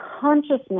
consciousness